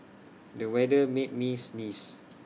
the weather made me sneeze